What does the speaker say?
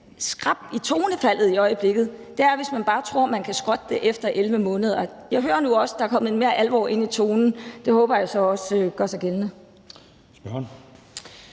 skrap i tonefaldet i øjeblikket, hvis man bare tror, man kan skrotte det efter 11 måneder. Jeg hører nu også, at der er kommet mere alvor ind i tonen. Det håber jeg så også gør sig gældende.